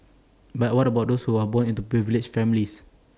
but what about those who are born into privileged families